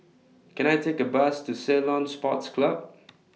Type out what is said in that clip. Can I Take A Bus to Ceylon Sports Club